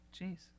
jeez